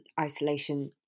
isolation